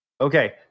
Okay